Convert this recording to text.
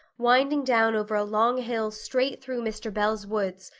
winding down over a long hill straight through mr. bell's woods,